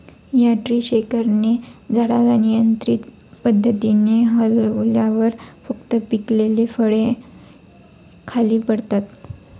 या ट्री शेकरने झाडाला नियंत्रित पद्धतीने हलवल्यावर फक्त पिकलेली फळे खाली पडतात